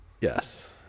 Yes